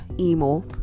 emo